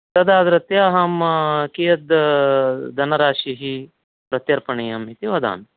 तदा रीत्या अहं कियद् धनराशिः प्रत्यर्पणीयम् इति वदामि